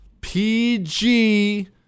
PG